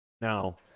now